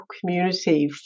community